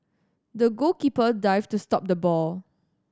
the goalkeeper dived to stop the ball